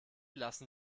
lassen